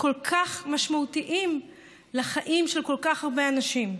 כל כך משמעותיים לחיים של כל כך הרבה אנשים.